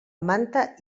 manta